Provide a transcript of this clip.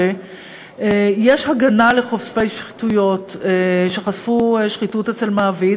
שיש הגנה לחושפי שחיתויות שחשפו שחיתות אצל מעביד.